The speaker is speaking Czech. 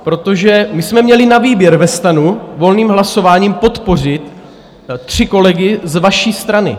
Protože my jsme měli na výběr ve STANu volným hlasováním podpořit tři kolegy z vaší strany.